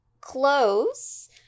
Clothes